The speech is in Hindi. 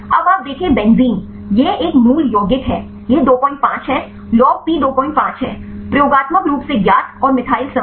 अब आप देखें बेंजीन यह एक मूल यौगिक है यह 25 है लॉग पी 25 है प्रयोगात्मक रूप से ज्ञात और मिथाइल समूह